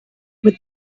with